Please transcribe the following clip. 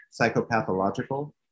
psychopathological